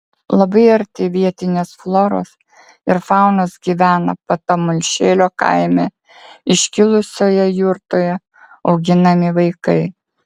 labai arti vietinės floros ir faunos gyvena patamulšėlio kaime iškilusioje jurtoje auginami vaikai